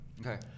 Okay